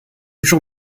jean